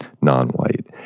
non-white